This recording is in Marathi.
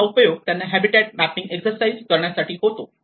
त्याचा उपयोग त्यांना हॅबिटॅट मॅपिंग एक्झरसाइज करण्यासाठी होतो